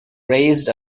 raised